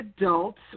adults